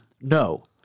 No